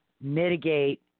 mitigate